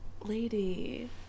Lady